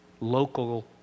local